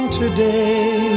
today